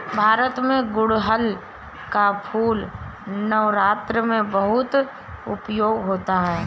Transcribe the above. भारत में गुड़हल का फूल नवरात्र में बहुत उपयोग होता है